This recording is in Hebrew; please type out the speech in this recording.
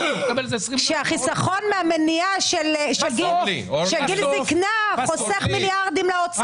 כאשר החיסכון מהמניעה של גיל זקנה חוסך לאוצר מיליארדי שקלים.